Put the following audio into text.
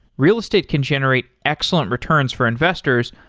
real estate can generate excellent returns for investors,